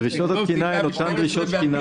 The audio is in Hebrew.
דרישות התקינה הן אותן דרישות תקינה.